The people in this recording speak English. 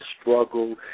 struggle